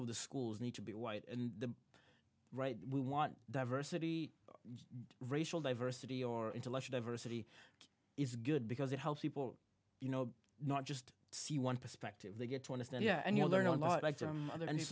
of the schools need to be white and the right we want diversity racial diversity or intellectual diversity is good because it helps people you know not just see one perspective they get to understand yeah and you learn a lot like her mother